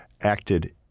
acted